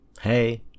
Hey